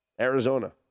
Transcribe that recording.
Arizona